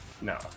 No